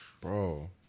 bro